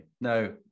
No